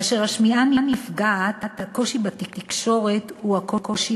כאשר השמיעה נפגעת הקושי בתקשורת הוא הקושי